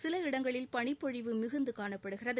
சில இடங்களில் பனிப்பொழிவு மிகுந்து காணப்படுகிறது